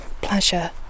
pleasure